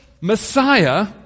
Messiah